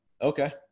Okay